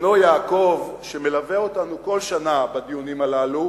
שבנו יעקב מלווה אותנו כל שנה בדיונים הללו